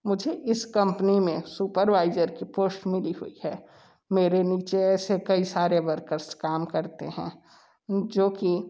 मुझे इस कंपनी में सुपरवाइजर की पोस्ट मिली हुई है मेरे नीचे ऐसे कई सारे वर्कर्स काम करते हैं जो कि